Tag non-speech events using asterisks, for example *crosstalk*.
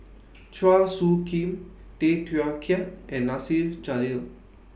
*noise* Chua Soo Khim Tay Teow Kiat and Nasir Jalil